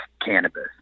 cannabis